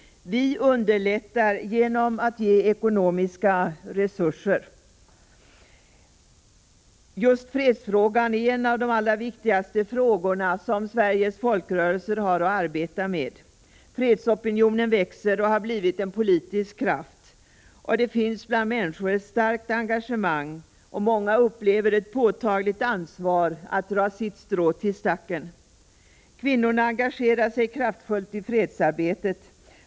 Vi underlättar genom att ge ekonomiska resurser. Just fredsfrågan är en av de allra viktigaste frågorna som Sveriges folkrörelser har att arbeta med. Fredsopinionen växer och har blivit en politisk kraft. Det finns bland människor ett starkt engagemang, och många upplever ett påtagligt ansvar att dra sitt strå till stacken. Kvinnorna engagerar sig kraftfullt i fredsarbetet.